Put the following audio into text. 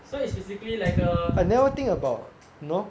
so it's basically like a